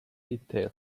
detail